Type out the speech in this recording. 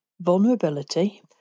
Vulnerability